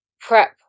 prep